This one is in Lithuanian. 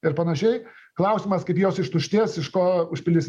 ir panašiai klausimas kaip jos ištuštės iš ko užpildys